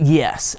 yes